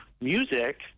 music